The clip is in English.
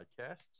podcasts